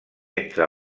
entre